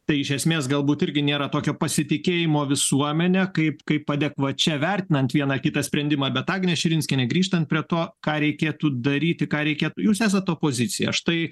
tai iš esmės galbūt irgi nėra tokio pasitikėjimo visuomene kaip kaip adekvačiai vertinant vieną kitą sprendimą bet agne širinskiene grįžtant prie to ką reikėtų daryti ką reikėtų jūs esat pozicija štai